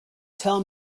tell